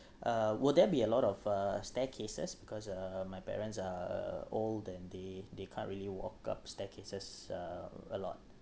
uh will there be a lot of uh staircases because uh my parents are old and they they can't really walk up staircases uh a lot